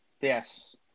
Yes